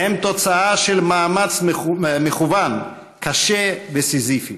הם תוצאה של מאמץ מכוון, קשה וסיזיפי.